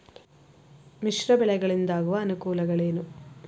ಮಿಶ್ರ ಬೆಳೆಗಳಿಂದಾಗುವ ಅನುಕೂಲಗಳೇನು?